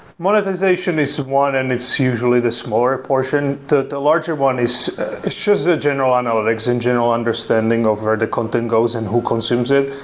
monetization is one and it's usually the smaller portion, the the larger one is just the general analytics and general understanding of where the content goes and who consumes it.